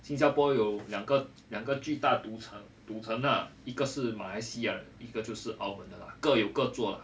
新加坡有两个两个巨大赌城赌城啦一个是马来西亚一个就是澳门的啦各有各做